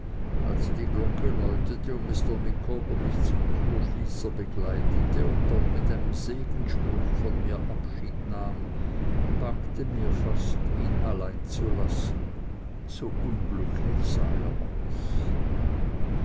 als die glocke läutete und mr micawber mich bis zum türschließer begleitete und dort mit einem segensspruch von mir abschied nahm bangte mir fast ihn allein zu lassen so unglücklich sah er aus